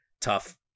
tough